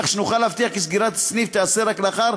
כך שנוכל להבטיח כי סגירת סניף תיעשה רק לאחר